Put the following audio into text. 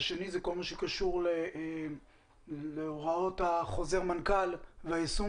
והשני הוא כל מה שקשור להוראות חוזר מנכ"ל והיישום